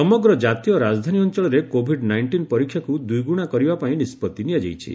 ସମଗ୍ର ଜାତୀୟ ରାଜଧାନୀ ଅଞ୍ଚଳରେ କୋଭିଡ୍ ନାଇଷ୍ଟିନ୍ ପରୀକ୍ଷାକୁ ଦ୍ୱିଗୁଣା କରିବା ପାଇଁ ନିଷ୍ପଭି ନିଆଯାଇଛି